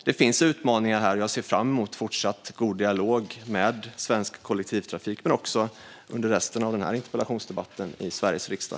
Det finns utmaningar här, och jag ser fram emot en fortsatt god dialog med Svensk Kollektivtrafik och i denna fortsatta interpellationsdebatt i Sveriges riksdag.